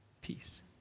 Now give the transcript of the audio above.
peace